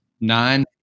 Nine